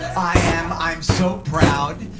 i am i'm so proud.